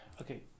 Okay